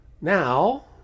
now